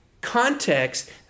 context